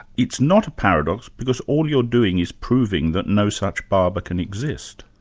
it's not a paradox because all you're doing is proving that no such barber can exist.